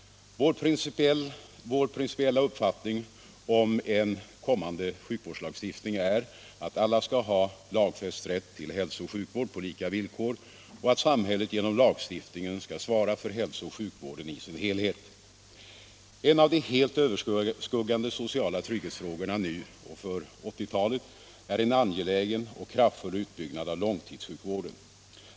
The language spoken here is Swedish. Vår principiella uppfattning om en kommande sjukvårdslagstiftning är att alla skall ha lagfäst rätt till hälso och sjukvård på lika villkor och att samhället genom lagstiftningen skall svara för hälso och sjukvården i sin helhet. En av de helt överskuggande frågorna när det gäller social trygghet nu och för 1980-talet är en angelägen och kraftfull utbyggnad av långtidssjukvården.